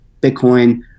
Bitcoin